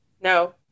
No